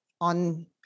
on